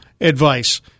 advice